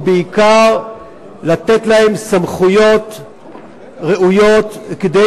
ובעיקר לתת להם סמכויות ראויות כדי